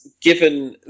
given